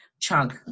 chunk